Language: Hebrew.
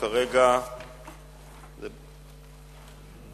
התש"ע (30 בדצמבר